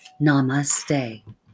Namaste